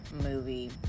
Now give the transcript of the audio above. movie